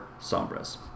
Sombras